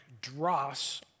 dross